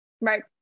Right